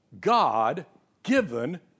God-given